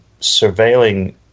surveilling